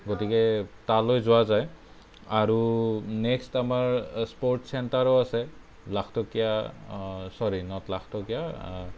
গতিকে তালৈ যোৱা যায় আৰু নেক্সট আমাৰ স্পৰ্টচ চেণ্টাৰো আছে লাখটকীয়া চৰী নট লাখটকীয়া